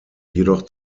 jedoch